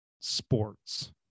sports